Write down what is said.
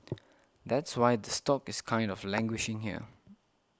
that's why the stock is kind of languishing here